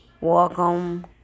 Welcome